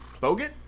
Bogut